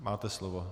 Máte slovo.